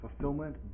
fulfillment